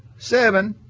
seven,